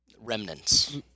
remnants